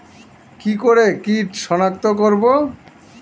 কি করে কিট শনাক্ত করব?